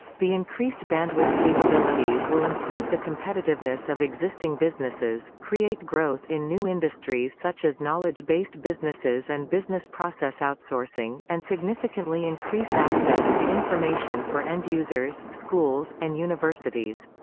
the increased bandwidth capabilities will improve the competitiveness of existing businesses, create growth in new industries such as knowledge-based businesses and business process outsourcing, and significantly increase access to information for end-users, schools, and universities.